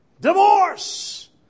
Divorce